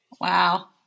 Wow